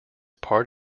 part